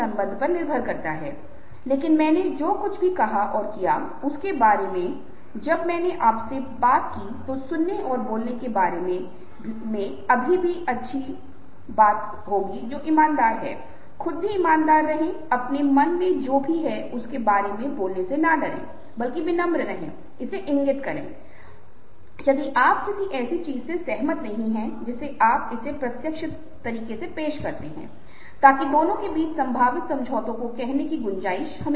फिर से विषमता के अलावा दुःख की बात यह है कि यह भौंहों में चेहरे के ऊपरी हिस्से में परिलक्षित नहीं होता है जहां आश्चर्य कुछ ऐसा है जो अनुकरण करना आसान है लेकिन जैसा कि मैंने आपको बताया है कि समय का पालन करना ध्यान में रखाना होगा